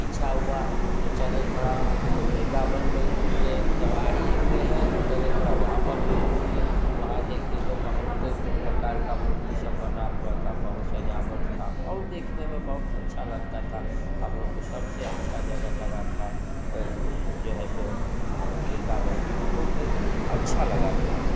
इच्छा हुआ जो चले थोड़ा वृन्दावन में ही घूम लें जब आ ही हुए है तो चले थोड़ा वहाँ पर भी घूम ले वहाँ देखें तो बहुत प्रकार मूर्ति से सब बना हुआ था बहुत सज़ावट हुआ था और देखने में बहुत अच्छा लगता था हम लोग को सबसे अच्छा जगह लगा था जो है सो वृन्दावन बहुत अच्छा लगा था